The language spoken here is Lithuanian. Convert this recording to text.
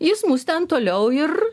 jis mus ten toliau ir